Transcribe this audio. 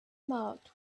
marked